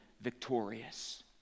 victorious